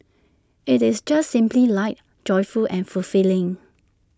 IT is just simply light joyful and fulfilling